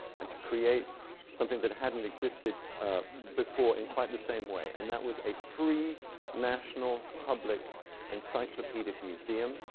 and to create something that hadn't existed before in quite the same way, and that was a free national public encyclopedic museum.